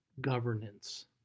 governance